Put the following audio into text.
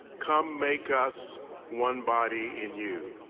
come make us one body in you.